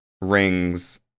rings